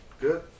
good